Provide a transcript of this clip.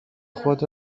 خود